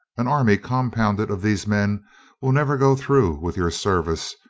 an army compounded of these men will never go through with your service,